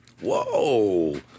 Whoa